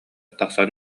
тахсан